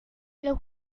los